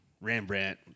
Rembrandt